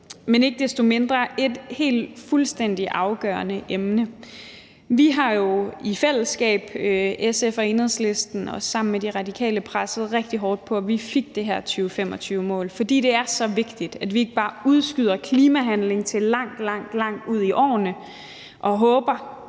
men ikke desto mindre et fuldstændig afgørende emne. Vi har jo i fællesskab i SF og Enhedslisten og sammen med De Radikale presset rigtig hårdt på for, at vi fik det her 2025-mål, fordi det er så vigtigt, at vi ikke bare udskyder klimahandling til langt, langt ude i fremtiden og håber